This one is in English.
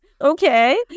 Okay